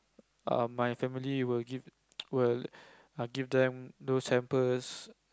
err my family will give will give them those hampers